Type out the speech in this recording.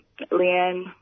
Leanne